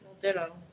Ditto